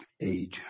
age